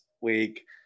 week